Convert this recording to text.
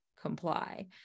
comply